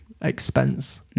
expense